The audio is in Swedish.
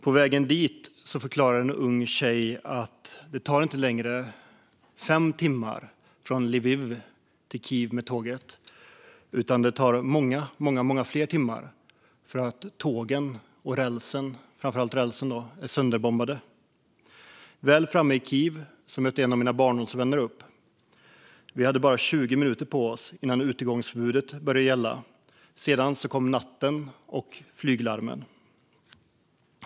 På vägen dit förklarade en ung tjej att det inte längre tar fem timmar från Lviv till Kiev med tåget, utan det tar många fler timmar. Tågen och - framför allt - rälsen har bombats sönder. Väl framme i Kiev mötte en av mina barndomsvänner upp. Vi hade bara 20 minuter på oss innan utegångsförbudet började gälla. Sedan kom natten och flyglarmen.